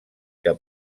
que